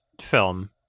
film